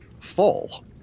fall